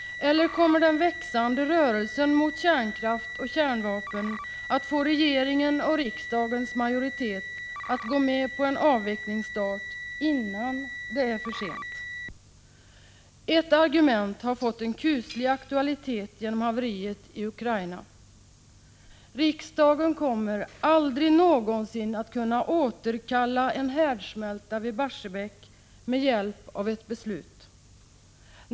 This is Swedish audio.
Eller kommer den växande rörelsen mot kärnkraft och kärnvapen att få regeringen och riksdagens majoritet att gå med på en avvecklingsstart innan det är för sent? Ett argument har fått en kuslig aktualitet genom haveriet i Ukraina. Riksdagen kommer aldrig någonsin att kunna återkalla en härdsmälta vid Barsebäck med hjälp av ett beslut.